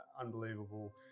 unbelievable